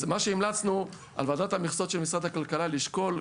אז המלצתנו היא: על ועדות המכסות של משרד הכלכלה לשקול,